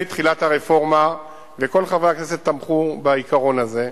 תחילת הרפורמה וכל חברי הכנסת תמכו בעיקרון הזה.